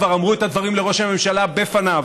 כבר אמרו את הדברים לראש הממשלה בפניו